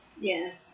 Yes